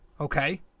Okay